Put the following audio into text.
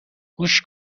گوش